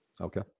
Okay